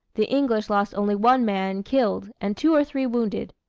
the english lost only one man, killed, and two or three wounded.